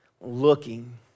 looking